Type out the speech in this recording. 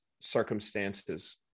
circumstances